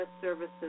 services